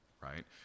right